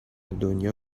دنیا